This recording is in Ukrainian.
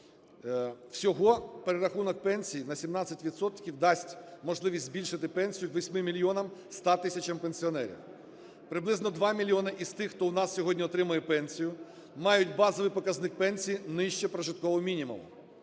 Всього перерахунок пенсій на 17 відсотків дасть можливість збільшити пенсію 8 мільйонам 100 тисячам пенсіонерів. Приблизно 2 мільйона із тих, хто у нас сьогодні отримує пенсію, мають базовий показник пенсії нижче прожиткового мінімуму.